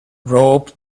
rope